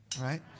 right